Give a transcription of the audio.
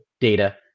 data